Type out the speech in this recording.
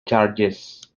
charges